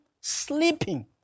sleeping